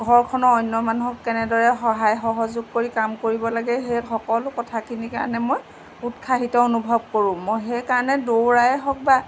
ঘৰখনৰ অন্য মানুহক কেনেদৰে সহায় সহযোগ কৰি কাম কৰিব লাগে সেই সকলো কথাখিনিৰ কাৰণে মই উৎসাহিত অনুভৱ কৰোঁ মই সেইকাৰণে দৌৰাই হওক বা